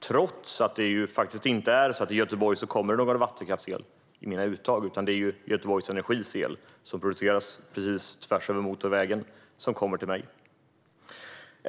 Men det är inte vattenkraftsel som kommer ur mina uttag i Göteborg, utan det är Göteborgs Energis el, som produceras tvärs över motorvägen, som kommer till mig.